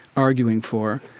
arguing for